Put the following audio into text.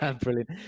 brilliant